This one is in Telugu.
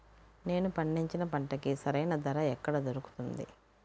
నేను పండించిన పంటకి సరైన ధర ఎక్కడ దొరుకుతుంది?